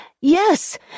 Yes